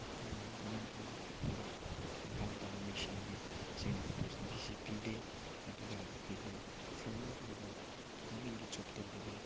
ꯒꯣꯕꯔꯃꯦꯟꯒꯤ ꯊꯕꯛ ꯏꯟꯈꯥꯡ ꯇꯧꯕ ꯃꯤꯁꯤꯡꯗꯤ ꯁꯤꯒꯤ ꯑꯣꯞꯄꯨꯔꯆꯨꯅꯤꯇꯤꯁꯤ ꯄꯤꯗꯦ ꯑꯗꯨꯒ ꯑꯩꯈꯣꯏꯒꯤ ꯐꯥꯔꯃꯔ ꯑꯣꯏꯕ ꯒꯣꯕꯔꯃꯦꯟꯒꯤ ꯖꯣꯕ ꯇꯧꯗꯕ